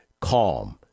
calm